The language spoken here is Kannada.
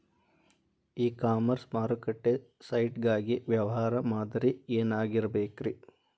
ಇ ಕಾಮರ್ಸ್ ಮಾರುಕಟ್ಟೆ ಸೈಟ್ ಗಾಗಿ ವ್ಯವಹಾರ ಮಾದರಿ ಏನಾಗಿರಬೇಕ್ರಿ?